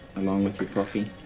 along with your coffee?